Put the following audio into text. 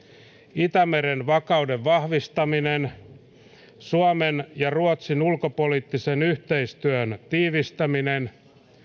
itämeren vakauden vahvistaminen suomen ja ruotsin ulkopoliittisen yhteistyön tiivistäminen